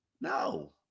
No